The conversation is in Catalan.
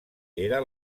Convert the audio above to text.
era